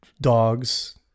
dogs